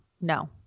no